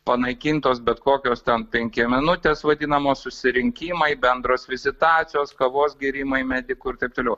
panaikintos bet kokios ten penkiaminutės vadinamos susirinkimai bendros vizitacijos kavos gėrimai medikų ir taip toliau